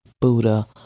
Buddha